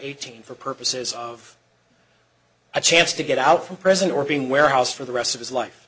eighteen for purposes of a chance to get out from prison or being warehouse for the rest of his